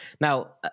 Now